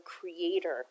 creator